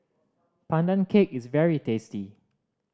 Pandan Cake is very tasty